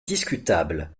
discutable